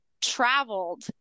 traveled